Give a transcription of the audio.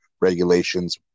regulations